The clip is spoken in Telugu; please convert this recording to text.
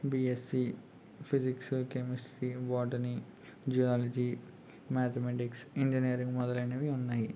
BSc physics chemistry botany zoology mathematics engineering మొదలైనవి ఉన్నాయి